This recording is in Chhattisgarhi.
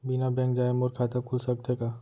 बिना बैंक जाए मोर खाता खुल सकथे का?